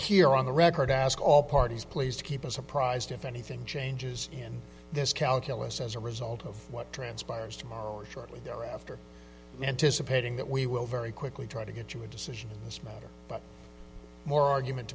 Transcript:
hear on the record ask all parties please to keep us apprised if anything changes in this calculus as a result of what transpires tomorrow or shortly thereafter anticipating that we will very quickly try to get to a decision this matter but more argument